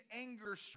anger